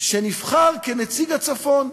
שנבחר כנציג הצפון.